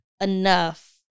enough